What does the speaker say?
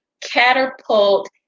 catapult